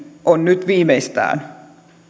on nyt viimeistään